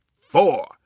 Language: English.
four